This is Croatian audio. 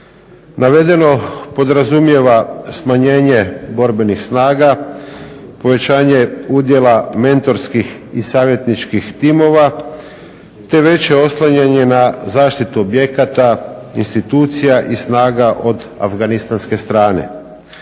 Navedeno podrazumijeva smanjenje borbenih snaga, povećanje udjela mentorskih i savjetničkih timova te veće oslanjanje na zaštitu objekata, institucija i snaga od afganistanske strane.